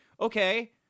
okay